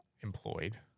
employed